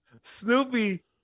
Snoopy